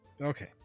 okay